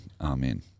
amen